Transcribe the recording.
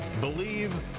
believe